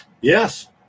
Yes